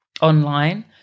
online